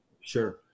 Sure